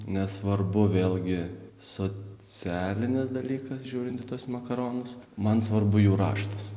nesvarbu vėlgi socialinis dalykas žiūrint į tuos makaronus man svarbu jų raštas